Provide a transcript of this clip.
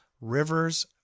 Rivers